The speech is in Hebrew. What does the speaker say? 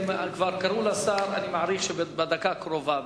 כבר קראו לשר, אני מעריך שהוא יגיע בדקה הקרובה.